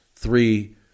Three